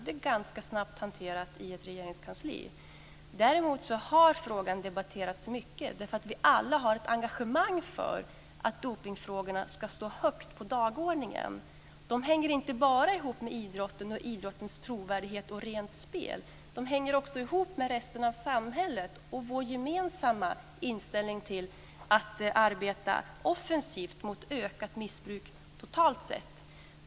Det är ganska snabbt hanterat i ett regeringskansli. Däremot har frågan debatterats mycket. Vi har alla ett engagemang för att dopningsfrågorna ska stå högt på dagordningen. De hänger inte bara ihop med idrotten, med idrottens trovärdighet och med rent spel. De hänger också ihop med resten av samhället och med vår gemensamma inställning att arbeta offensivt mot ökat missbruk totalt sett.